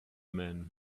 man